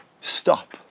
Stop